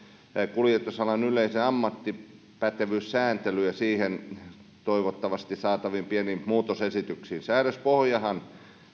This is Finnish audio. kuljetusalan yleiseen ammattipätevyyssääntelyyn ja siihen toivottavasti saataviin pieniin muutosesityksiin säädöspohjahan